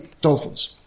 dolphins